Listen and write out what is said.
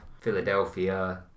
Philadelphia